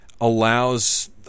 allows